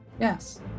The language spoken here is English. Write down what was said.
Yes